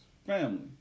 Family